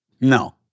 No